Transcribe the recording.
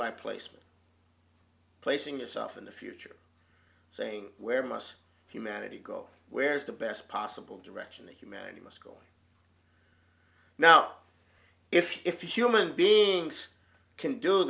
by placement placing yourself in the future saying where most humanity go where's the best possible direction that humanity must go now if you human beings can do